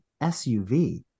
SUV